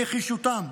נחישותם,